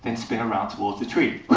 and spin around towards the tree.